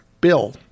Bill